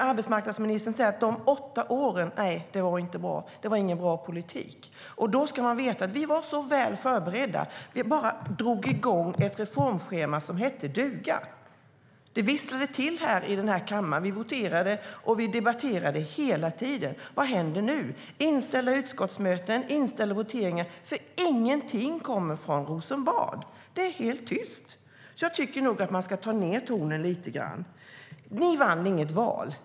Arbetsmarknadsministern säger att de åtta åren inte var bra och att det inte var någon bra politik. Då ska man veta att vi var så väl förberedda och bara drog igång ett reformschema som hette duga. Det visslade till här i kammaren. Vi voterade, och vi debatterade hela tiden. Vad händer nu? Det är inställda utskottsmöten och inställda voteringar. Ingenting kommer från Rosenbad. Det är helt tyst. Jag tycker nog att man ska ta ned tonen lite grann. Ni vann inget val.